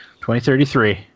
2033